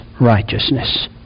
righteousness